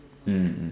mm mm mm mm